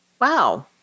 wow